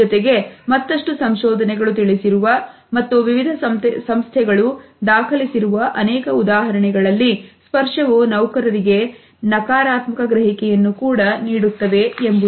ಜೊತೆಗೆ ಮತ್ತಷ್ಟು ಸಂಶೋಧನೆಗಳು ತಿಳಿಸಿರುವ ಮತ್ತು ವಿವಿಧ ಸಂಸ್ಥೆಗಳು ದಾಖಲಿಸಿರುವ ಅನೇಕ ಉದಾಹರಣೆಗಳಲ್ಲಿ ಸ್ಪರ್ಶವು ನೌಕರರಿಗೆ ನಕಾರಾತ್ಮಕ ಗ್ರಹಿಕೆಯನ್ನು ಕೂಡ ನೀಡುತ್ತವೆ ಎಂಬುದು